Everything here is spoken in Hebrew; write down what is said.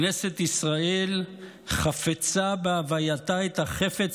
כנסת ישראל חפצה בה והיא העלתה את החפץ